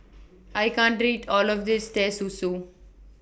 I can't eat All of This Teh Susu